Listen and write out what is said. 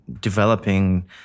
developing